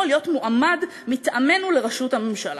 היא להיות מועמד מטעמנו לראשות הממשלה.